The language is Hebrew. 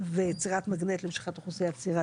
ויצירת מגנט למשיכת אוכלוסייה צעירה,